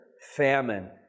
famine